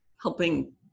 helping